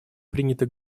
принято